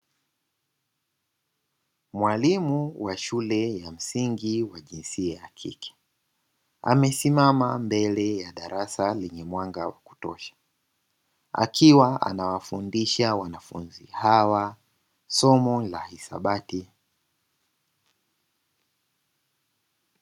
Mwalimu wa shule ya msingi wa jinsia ya kike, amesimama mbele ya darasa lenye mwanga wa kutosha, akiwa anawafundisha wanafunzi hawa somo la hisabati.